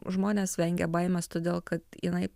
žmonės vengia baimes todėl kad jinai